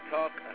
Talk